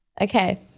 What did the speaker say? Okay